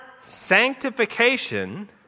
sanctification